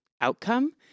outcome